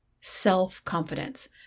self-confidence